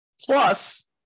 Plus